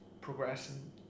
progressing